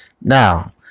now